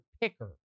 picker